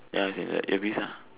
ya as in like earpiece ah